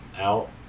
out